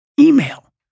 email